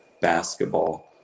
basketball